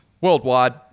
Worldwide